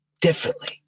differently